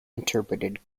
interpreted